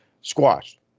Squashed